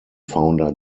founder